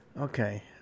Okay